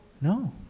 No